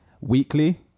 weekly